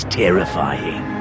terrifying